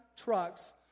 trucks